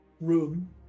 room